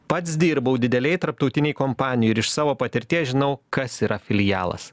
pats dirbau didelėj tarptautinėj kompanijoj ir iš savo patirties žinau kas yra filialas